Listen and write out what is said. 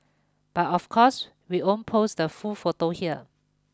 but of course we won't post the full photo here